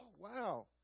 wow